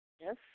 Yes